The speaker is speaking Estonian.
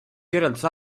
kirjeldas